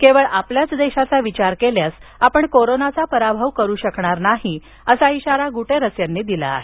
केवळ आपल्याच देशाचा विचार केल्यास आपण कोरोनाचा पराभव करू सहणार नाही असं इशारा गुटेरेस यांनी दिला आहे